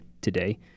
today